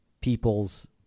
people's